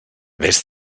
vés